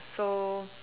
so